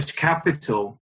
capital